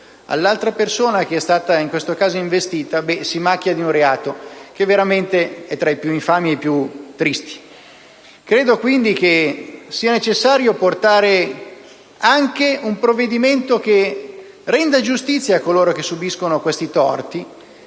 all'altra persona che è stata, come in questo caso, investita, si macchia di un reato che è veramente tra i più infami e tristi. Credo, quindi, sia necessario anche prevedere un provvedimento che renda giustizia a coloro che subiscono questi torti,